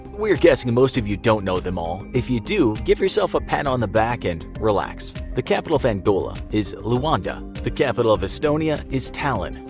we are guessing most of you don't know them all. if you do, give yourself a pat on the back and relax. the capital of angola is luanda. the capital of estonia is tallinn.